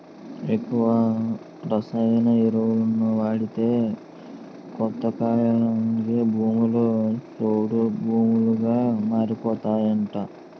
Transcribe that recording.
ఎక్కువ రసాయన ఎరువులను వాడితే కొంతకాలానికి భూములు సౌడు భూములుగా మారిపోతాయట